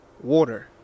water